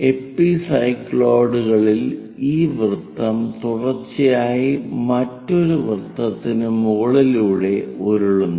എപ്പിസൈക്ലോയിഡുകളിൽ ഈ വൃത്തം തുടർച്ചയായി മറ്റൊരു വൃത്തത്തിന് മുകളിലൂടെ ഉരുളുന്നു